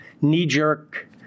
knee-jerk